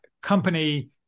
company